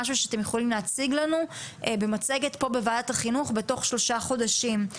משהו שאתם יכולים להציג לנו במצגת פה בוועדת החינוך בתוך שלושה חודשים,